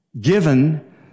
given